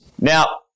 Now